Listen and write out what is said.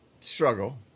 struggle